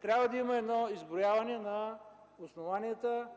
трябва да има изброяване на основанията,